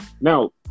Now